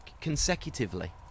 Consecutively